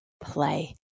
play